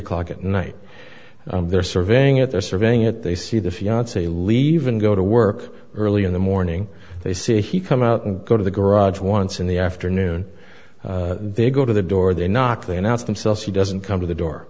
o'clock at night they're surveying it they're surveying it they see the fiancee leave and go to work early in the morning they see he come out and go to the garage once in the afternoon they go to the door they knock they announce themselves he doesn't come to the door